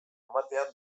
ematean